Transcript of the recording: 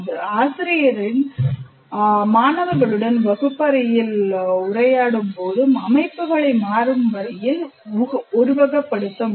ஆசிரியர் மாணவர்களுடன் வகுப்பறையில் உரையாடும்போது அமைப்புகளை மாறும் வகையில் உருவகப்படுத்த முடியும்